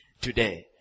today